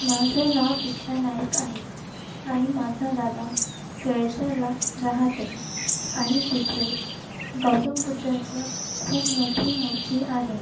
माझं नाव दीक्षा नाईक आहे आणि माझा दादा केळझरला राहते आणि तिथे गौतम बुद्धाचं खूप मोठी मूर्ती आहे